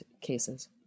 cases